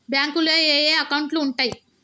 బ్యాంకులో ఏయే అకౌంట్లు ఉంటయ్?